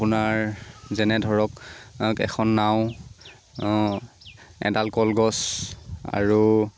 আপোনাৰ যেনে ধৰক এখন নাও এডাল কলগছ আৰু